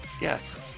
yes